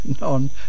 non